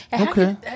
Okay